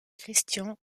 christian